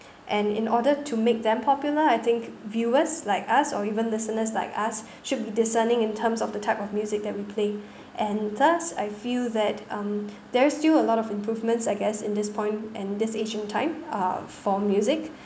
and in order to make them popular I think viewers like us or even listeners like us should be discerning in terms of the type of music that we play and thus I feel that um there's still a lot of improvements I guess in this point and this age in time uh for music